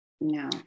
no